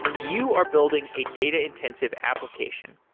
you are building a data-intensive application.